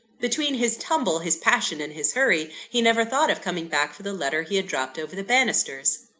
between his tumble, his passion, and his hurry, he never thought of coming back for the letter he had dropped over the bannisters.